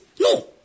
No